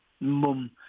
Mum